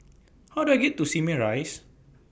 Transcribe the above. How Do I get to Simei Rise